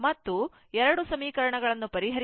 ಮತ್ತು 2 ಸಮೀಕರಣಗಳನ್ನು ಪರಿಹರಿಸಿದಾಗ 62